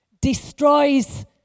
destroys